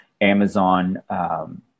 Amazon